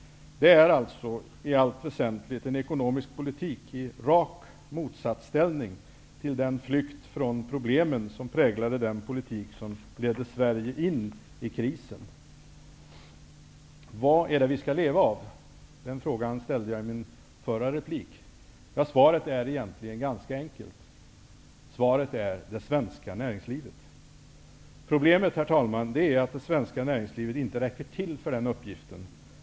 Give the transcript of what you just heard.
Detta förs alltså i allt väsentligt en ekonomisk politik i rak motsatsställning till den flykt från problemen som präglade den politik som ledde Vad är det vi skall leva av? Den frågan ställde jag i min förra replik. Svaret är egentligen ganska enkelt. Det är det svenska näringslivet. Problemet, herr talman, är att det svenska näringslivet inte räcker till för den uppgiften.